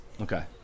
Okay